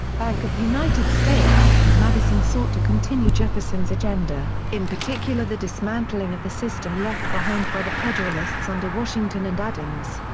bank of united states madison sought to continue jefferson's agenda, in particular the dismantling of the system left behind by the federalists under washington and adams.